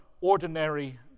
ordinary